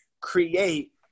create